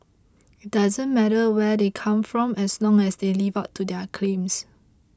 it doesn't matter where they come from as long as they live up to their claims